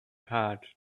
had